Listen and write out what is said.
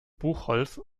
buchholz